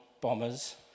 bombers